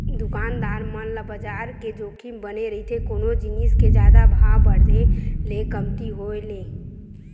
दुकानदार मन ल बजार के जोखिम बने रहिथे कोनो जिनिस के जादा भाव बड़हे ले कमती होय ले